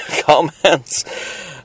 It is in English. comments